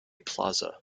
plaza